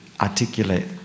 articulate